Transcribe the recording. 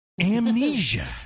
amnesia